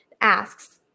asks